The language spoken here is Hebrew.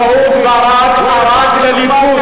אהוד ברק ערק לליכוד.